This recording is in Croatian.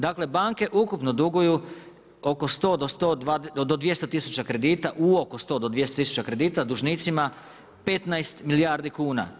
Dakle, banke ukupno duguju oko 100 do 200 tisuća kredita u oko 100 do 200 000 kredita dužnicima 15 milijardi kuna.